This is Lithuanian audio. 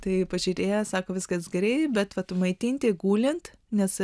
tai pažiūrėjęs sako viskas gerai bet va maitinti gulint nes